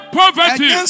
poverty